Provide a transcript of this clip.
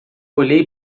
olhei